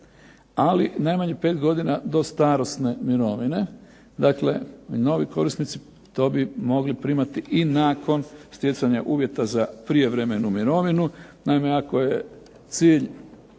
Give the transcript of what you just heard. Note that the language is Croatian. ali najmanje 5 godina do starosne mirovine, dakle novi korisnici to bi mogli primati i nakon stjecanja uvjeta za prijevremenu mirovinu. Naime ako je cilj